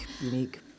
unique